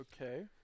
Okay